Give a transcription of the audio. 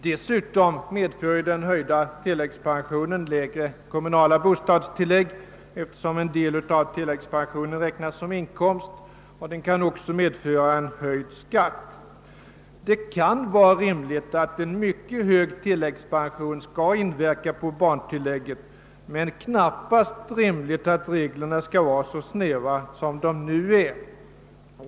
Desutom medför den höjda tilläggspensionen lägre kommunala bostadstillägg, eftersom en del av tilläggspensionen räknas som inkomst, och den kan även medföra höjd skatt: » Det kan vara rimligt att en mycket hög tilläggspension skall inverka på barntillägget men knappast rimligt att reglerna skall vara så snäva som de nu är.